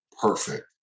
perfect